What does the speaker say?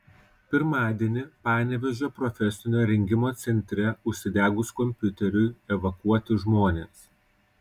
pirmadienį panevėžio profesinio rengimo centre užsidegus kompiuteriui evakuoti žmonės